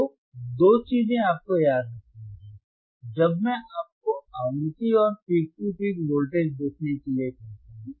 तो दो चीजें आपको याद रखनी हैं जब मैं आपको आवृत्ति और पीक टू पीक वोल्टेज देखने के लिए कहता हूं